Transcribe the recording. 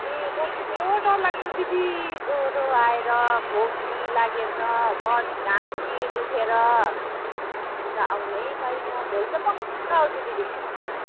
अप्पुई कस्तो डरलाग्दो दिदी ज्वरो आएर खोकी लागेर सर घाँटी दुखेर अन्त आउनै पाइनँ भोलि चाहिँ पक्का आउँछु दिदी